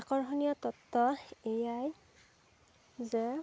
আকৰ্ষণীয় তথ্য এয়াই যে